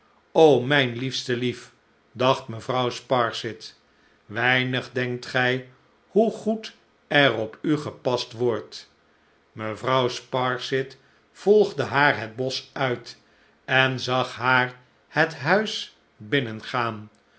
mijn liefste lief dacht mevrouw sparsit weinig denkt gij hoe goed er opugepast wordt mevrouw sparsit volgde haar het bosch uit en zag haar het huis binnengaan